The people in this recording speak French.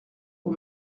aux